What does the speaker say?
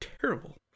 Terrible